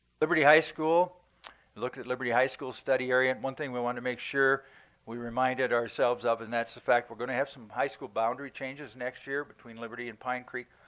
liberty high school we looked at liberty high school study area. one thing we wanted to make sure we reminded ourselves of, and that's the fact we're going to have some high school boundary changes next year between liberty and pine creek.